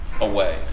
away